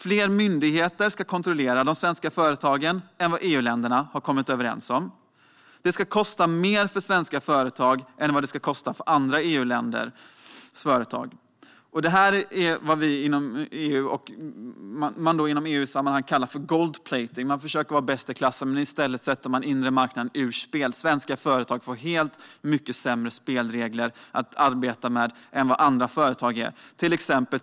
Fler myndigheter ska kontrollera de svenska företagen än vad EU-länderna har kommit överens om. Det ska kosta mer för svenska företag än vad det ska kosta för andra EU-länders företag. Detta är vad man inom EU-sammanhang kallar för gold-plating. Man försöker att vara bäst i klassen, men i stället sätter man inre marknaden ur spel. Svenska företag får mycket sämre spelregler att arbeta med än vad andra företag får.